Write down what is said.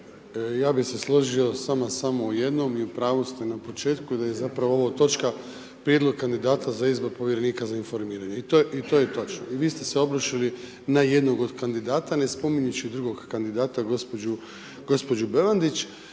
ja bi se složio s vama samo u jednom i u pravu ste na početku da je zapravo ovo točka prijedlog kandidata za izbor povjerenika za informiranje. I to je točno i vi ste se obrušili na jednog od kandidata ne spominjući drugog kandidata gospođu Bevandić,